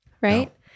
right